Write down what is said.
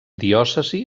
diòcesi